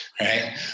Right